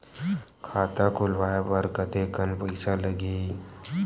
खाता खुलवाय बर कतेकन पईसा लगही?